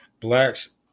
Blacks